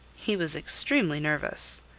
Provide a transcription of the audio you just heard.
he was extremely nervous.